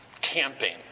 camping